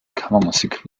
kammermusik